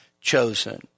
chosen